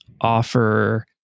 offer